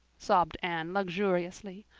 sobbed anne luxuriously.